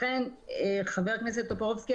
לכן ח"כ טופורובסקי,